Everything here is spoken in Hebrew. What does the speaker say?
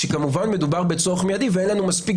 כשכמובן מדובר בצורך מידי ואין לנו מספיק